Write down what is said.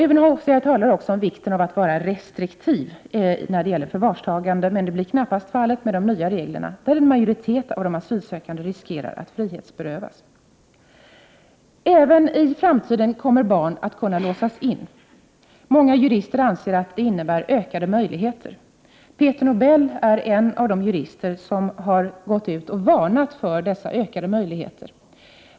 UNHCR talar också om vikten av att vara restriktiv när det gäller förvarstagande, men detta blir knappast fallet med de nya reglerna, enligt vilka en majoritet av de asylsökande riskerar frihetsberövande. Även i framtiden kommer barn att kunna låsas in. Många jurister anser att det innebär ökade möjligheter. Peter Nobel är en av de jurister som har varnat för dessa ökade möjligheter.